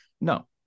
No